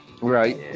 Right